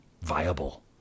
viable